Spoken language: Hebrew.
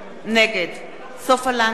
נגד סופה לנדבר,